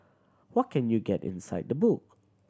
what can you get inside the book